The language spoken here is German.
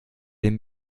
dem